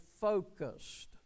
focused